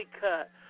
cut